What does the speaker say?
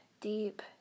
deep